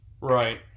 Right